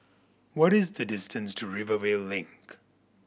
what is the distance to Rivervale Link